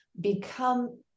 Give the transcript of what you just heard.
Become